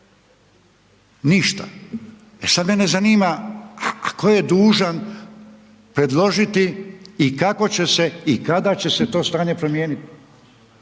ništa. E sada mene zanima, tko je dužan predložiti i kako će se i kada to stanje promijeniti.